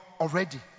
already